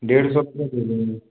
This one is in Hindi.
डेढ़ सौ तक दे देंगे